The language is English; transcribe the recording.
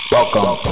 Welcome